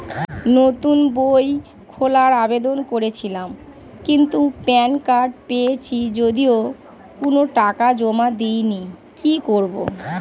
নতুন বই খোলার আবেদন করেছিলাম কিন্তু প্যান কার্ড পেয়েছি যদিও কোনো টাকা জমা দিইনি কি করব?